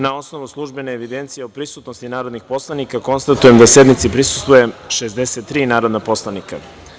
Na osnovu službene evidencije o prisutnosti narodnih poslanika, konstatujem da sednici prisustvuje 63 narodna poslanika.